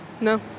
No